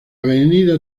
avenida